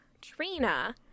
Trina